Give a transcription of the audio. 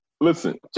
Listen